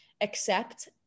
accept